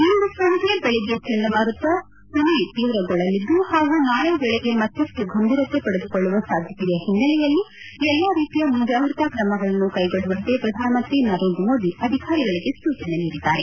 ಇಂದು ಸಂಜೆ ಬೆಳಗ್ಗೆ ಚಂಡಮಾರುತ ಫನಿ ತೀವ್ರಗೊಳ್ಳಲಿದ್ದು ಹಾಗೂ ನಾಳೆ ವೇಳೆಗೆ ಮತ್ತಷ್ಟು ಗಂಭೀರತೆ ಪಡೆದುಕೊಳ್ಳುವ ಸಾಧ್ಯತೆಯ ಒನ್ನೆಲೆಯಲ್ಲಿ ಎಲ್ಲಾ ರೀತಿಯ ಮುಂಜಾಗ್ರತಾ ಕ್ರಮಗಳನ್ನು ಕೈಗೊಳ್ಳುವಂತೆ ಪ್ರಧಾನಮಂತ್ರಿ ನರೇಂದ್ರ ಮೋದಿ ಅಧಿಕಾರಿಗಳಿಗೆ ಅಧಿಕಾರಿಗಳಿಗೆ ಸೂಚನೆ ನೀಡಿದ್ದಾರೆ